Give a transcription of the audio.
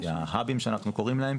ההאבים שאנחנו קוראים להם,